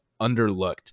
underlooked